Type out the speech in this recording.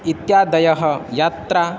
इत्यादयः यात्रा